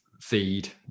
feed